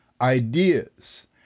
ideas